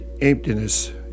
emptiness